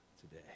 today